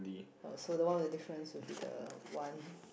oh so the one with the difference will be the one